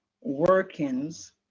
workings